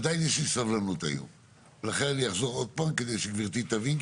עדיין יש לי סבלנות ולכן אני אחזור עוד פעם כדי שגברתי תבין,